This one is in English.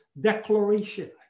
declaration